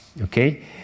okay